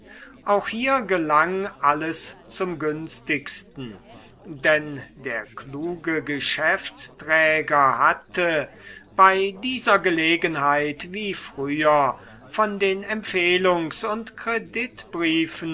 auch hier gelang alles zum günstigsten denn der kluge geschäftsträger hatte bei dieser gelegenheit wie früher von den empfehlungs und